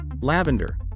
lavender